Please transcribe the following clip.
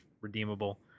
redeemable